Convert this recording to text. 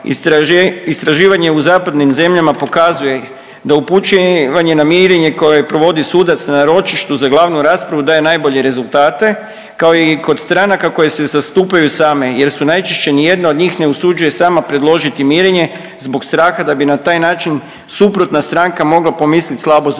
Istraživanje u zapadnim zemljama pokazuje da upućivanje na mirenje koje provodi sudac na ročištu za glavnu raspravu daje najbolje rezultate kao i kod stranaka koje se zastupaju same jer se najčešće ni jedna od njih ne usuđuje sama predložiti mirenje zbog straha da bi na taj način suprotna stranka mogla pomisliti slabost druge